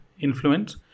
influence